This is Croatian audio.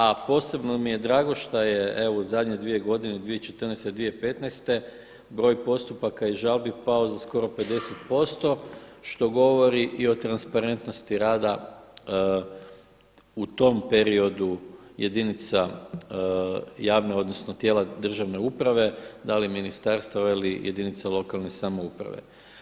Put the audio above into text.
A posebno mi je drago evo što je u zadnje dvije godine 2014., 2015. broj postupaka i žalbi pao za skoro 50% što govori i o transparentnosti rada u tom periodu jedinica javne, odnosno tijela državne uprave da li ministarstava ili jedinica lokalne samouprave.